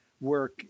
work